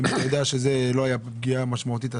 אם אתה יודע שזאת לא הייתה פגיעה משמעותית,